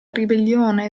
ribellione